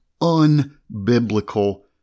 unbiblical